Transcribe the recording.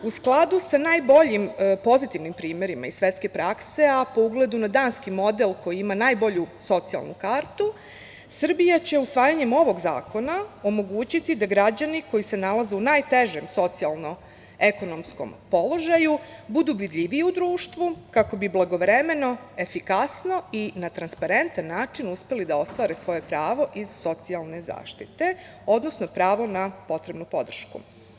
U skladu sa najboljim pozitivnim primerima iz svetske prakse, a po ugledu na danski model koji ima najbolju socijalnu kartu, Srbija će usvajanjem ovog zakona omogućiti da građani koji se nalaze u najtežem socijalno-ekonomskom položaju budu vidljiviji u društvu kako bi blagovremeno, efikasno i na transparentan način uspeli da ostvare svoje pravo iz socijalne zaštite, odnosno pravo na potrebnu podršku.